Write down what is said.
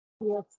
Yes